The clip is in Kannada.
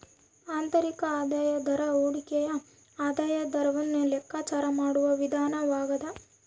ಆಂತರಿಕ ಆದಾಯದ ದರ ಹೂಡಿಕೆಯ ಆದಾಯದ ದರವನ್ನು ಲೆಕ್ಕಾಚಾರ ಮಾಡುವ ವಿಧಾನವಾಗ್ಯದ